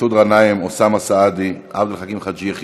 מסעוד גנאים, אוסאמה סעדי, עבד אל חכים חאג' יחיא,